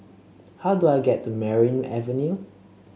how do I get to Merryn Avenue